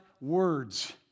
words